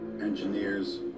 engineers